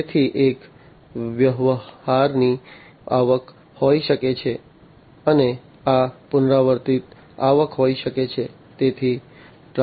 તેથી એક વ્યવહારની આવક હોઈ શકે છે અને આ પુનરાવર્તિત આવક હોઈ શકે છે